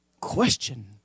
Question